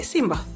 Simba